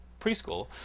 preschool